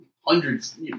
hundreds